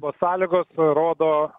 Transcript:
o sąlygos rodo